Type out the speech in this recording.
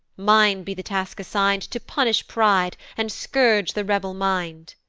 mine be the task assign'd to punish pride, and scourge the rebel mind.